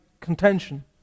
Contention